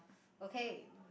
okay